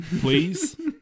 Please